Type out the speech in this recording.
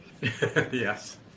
Yes